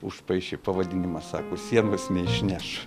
užpaišė pavadinimą sako sienos neišneš